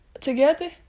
Together